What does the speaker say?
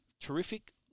terrific